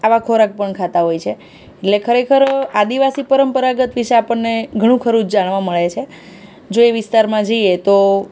આવા ખોરાક પણ ખાતા હોય છે એટલે ખરેખર આદિવાસી પરંપરાગત વિશે આપણને ઘણું ખરું જાણવા મળે છે જો એ વિસ્તારમાં જઈએ તો